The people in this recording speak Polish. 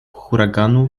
huraganu